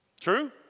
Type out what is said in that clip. True